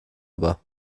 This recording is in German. aber